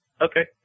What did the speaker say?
Okay